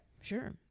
Sure